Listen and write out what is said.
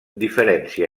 diferencia